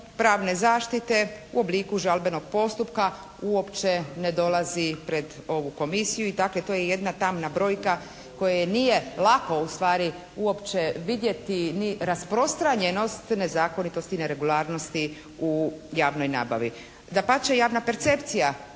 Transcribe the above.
pravne zaštite u obliku žalbenog postupka uopće ne dolazi pred ovu Komisiju. I dakle, to je jedna tamna brojka kojoj nije lako ustvari uopće vidjeti, ni rasprostranjenost nezakonitosti, neregularnosti u javnoj nabavi. Dapače, javna percepcija